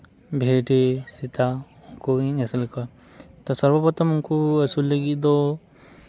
ᱵᱷᱤᱰᱤ ᱥᱮᱛᱟ ᱠᱚ ᱜᱮᱧ ᱟᱹᱥᱩᱞ ᱠᱮᱠᱚᱣᱟ ᱥᱚᱨᱵᱚ ᱯᱨᱚᱛᱷᱚᱢ ᱩᱱᱠᱩ ᱞᱟᱹᱜᱤᱫ ᱫᱚ